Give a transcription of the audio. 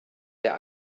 der